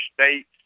states